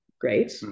great